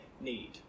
need